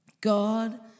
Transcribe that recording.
God